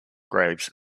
graves